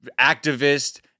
activist